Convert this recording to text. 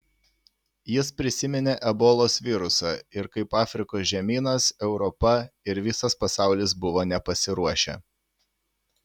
jis prisiminė ebolos virusą ir kaip afrikos žemynas europa ir visas pasaulis buvo nepasiruošę